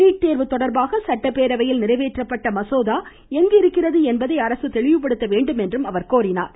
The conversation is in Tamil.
நீட்தேர்வு தொடர்பாக சட்டப்பேரவையில் நிறைவேற்றப்பட்ட மசோதா எங்கு இருக்கிறது என்பதை அரசு தெளிவுபடுத்த வேண்டும் என்றும் அவர் கோரினார்